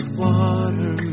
water